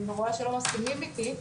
אני רואה שלא מסכימים איתי,